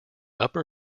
upper